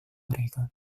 mereka